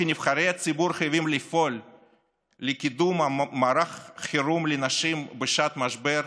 אנו כנבחרי הציבור חייבים לפעול לקידום מערך חירום לנשים בשעת משבר,